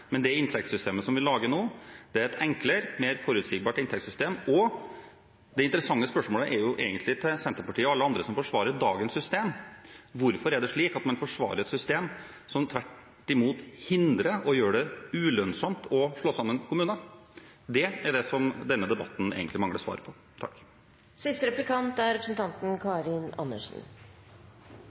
men det inntektssystemet som vi lager nå, er et enklere, mer forutsigbart inntektssystem. Det interessante spørsmålet er egentlig, til Senterpartiet og alle andre som forsvarer dagens system: Hvorfor er det slik at man forsvarer et system som tvert imot hindrer og gjør det ulønnsomt å slå sammen kommuner? Det er det som denne debatten egentlig mangler svar på. Det er